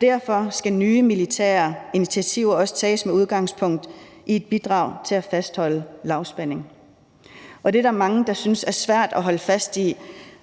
Derfor skal nye militære initiativer også tages med udgangspunkt i et bidrag til at fastholde lavspænding. Og det er der mange der synes er svært at holde fast i,